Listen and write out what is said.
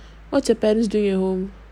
what's your parents doing at home